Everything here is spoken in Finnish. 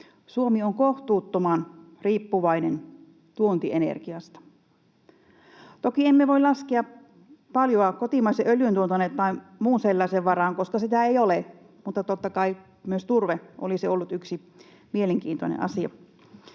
Suomi on kohtuuttoman riippuvainen tuontienergiasta. Toki emme voi laskea paljoa kotimaisen öljyntuotannon tai muun sellaisen varaan, koska sitä ei ole, mutta totta kai myös turve olisi ollut yksi mielenkiintoinen asia.